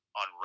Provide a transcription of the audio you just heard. on